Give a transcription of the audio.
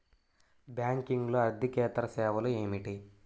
బ్యాంకింగ్లో అర్దికేతర సేవలు ఏమిటీ?